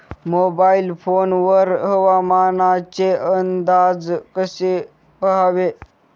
Mobile phone वर हवामानाचे अंदाज कसे पहावे?